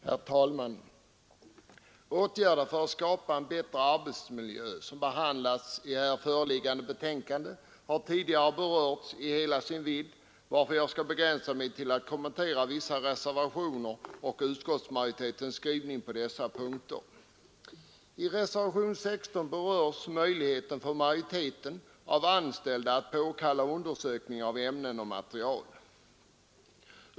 Herr talman! Frågan om åtgärder för att skapa en bättre arbetsmiljö, som behandlas i här förevarande betänkande, har tidigare berörts i hela sin vidd, varför jag skall begränsa mig till att kommentera vissa reservationer och utskottsmajoritetens skrivning på dessa punkter. I reservationen 16 berörs möjligheterna för majoriteten av anställda att påkalla undersökning av ämnen och material.